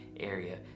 area